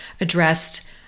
addressed